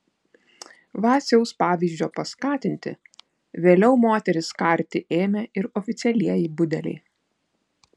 vaciaus pavyzdžio paskatinti vėliau moteris karti ėmė ir oficialieji budeliai